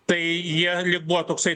tai jie lyg buvo toksai